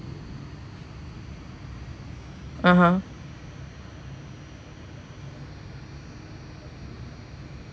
(uh huh)